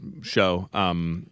show